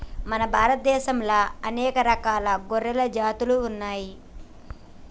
మన భారత దేశంలా అనేక రకాల గొర్రెల జాతులు ఉన్నయ్యి